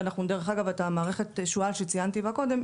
דרך אגב המערכת שוע"ל שציינתי קודם,